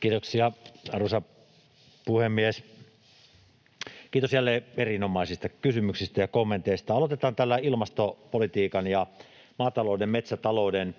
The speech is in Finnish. Kiitoksia, arvoisa puhemies! Kiitos jälleen erinomaisista kysymyksistä ja kommenteista. Aloitetaan tällä ilmastopolitiikan ja maatalouden, metsätalouden